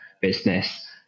business